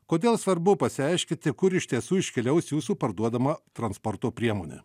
kodėl svarbu pasiaiškinti kur iš tiesų iškeliaus jūsų parduodama transporto priemonė